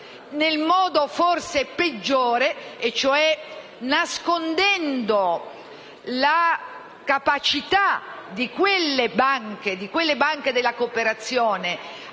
nel modo forse peggiore e, cioè, nascondendo la capacità di quelle banche della cooperazione